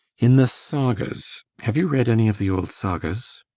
in the sagas. have you read any of the old sagas?